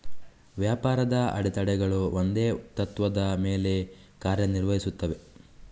ವ್ಯಾಪಾರದ ಅಡೆತಡೆಗಳು ಒಂದೇ ತತ್ತ್ವದ ಮೇಲೆ ಕಾರ್ಯ ನಿರ್ವಹಿಸುತ್ತವೆ